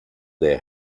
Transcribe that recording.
their